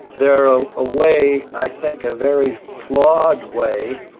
they are a ah way, i think a very flawed way,